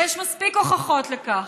ויש מספיק הוכחות לכך.